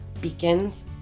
beacons